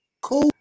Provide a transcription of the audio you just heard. cool